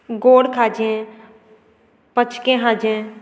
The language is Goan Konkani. गोड खाजें पचकें खाजें